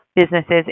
businesses